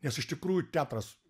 nes iš tikrųjų teatras